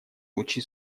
лучи